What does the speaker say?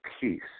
peace